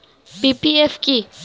PPF কি?